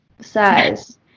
size